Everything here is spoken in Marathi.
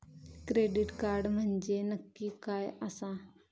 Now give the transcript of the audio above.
क्रेडिट कार्ड म्हंजे नक्की काय आसा?